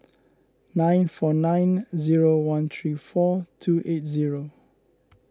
nine four nine zero one three four two eight zero